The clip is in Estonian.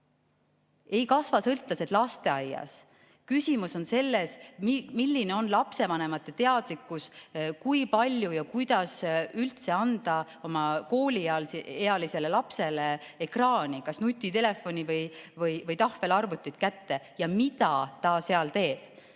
Ei kasva sõltlased lasteaias! Küsimus on selles, milline on lapsevanemate teadlikkus, kui palju ja kas üldse anda oma kooliealisele lapsele ekraani, kas nutitelefoni või tahvelarvutit, kätte ja mida ta seal teeb.